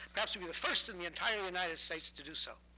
perhaps, we'll be the first in the entire united states to do so.